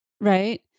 Right